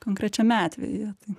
konkrečiame atvejyje tai